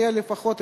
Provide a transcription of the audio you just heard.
שיהיה לפחות,